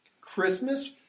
Christmas